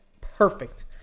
perfect